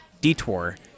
detour